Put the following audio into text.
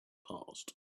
passed